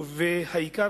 והעיקר,